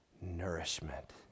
nourishment